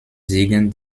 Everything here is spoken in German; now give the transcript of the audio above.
siegen